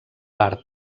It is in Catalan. part